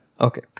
Okay